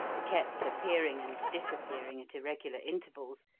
kept appearing and disappearing at irregular intervals,